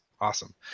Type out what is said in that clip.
awesome